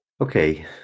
okay